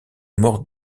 mort